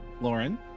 Lauren